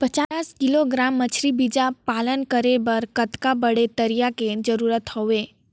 पचास किलोग्राम मछरी बीजा पालन करे बर कतका बड़े तरिया के जरूरत हवय?